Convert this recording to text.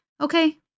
okay